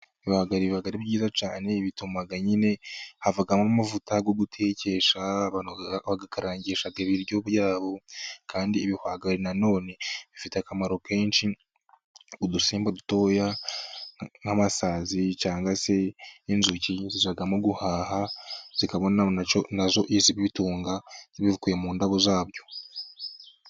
Ibihwagari biba ari byiza cyane bituma nyine havamo amavuta yo gutekesha, abantu bayakarangisha ibiryo byabo kandi ibihwagari nanone bifite akamaro kenshi, udusimba dutoya nk'amasazi cyangwa se inzuki, zizamo guhaha zikabona na zo ibizitunga bivuye mu ndabo zabyo.